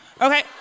okay